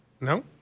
No